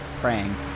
praying